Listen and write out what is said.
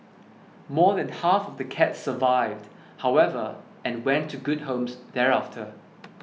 more than half of the cats survived however and went to good homes thereafter